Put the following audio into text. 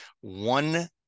one